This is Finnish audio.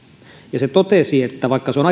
ja se totesi vaikka se on